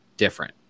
different